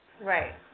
Right